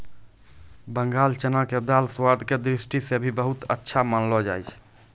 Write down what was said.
बंगाल चना के दाल स्वाद के दृष्टि सॅ भी बहुत अच्छा मानलो जाय छै